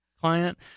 client